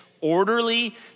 orderly